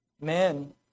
man